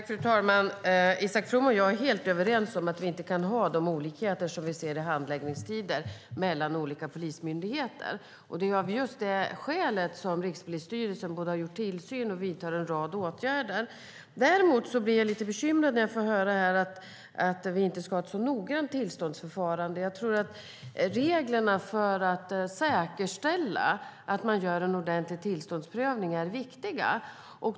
Fru talman! Isak From och jag är helt överens om att vi inte kan ha de olikheter som vi ser i handläggningstider mellan olika polismyndigheter. Det är av just det skälet som Rikspolisstyrelsen har gjort tillsyn och vidtar en rad åtgärder. Däremot blir jag lite bekymrad när jag får höra att vi inte ska ha ett så noggrant tillståndsförfarande. Reglerna för att säkerställa att man gör en ordentlig tillståndsprövning är viktiga.